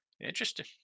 Interesting